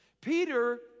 Peter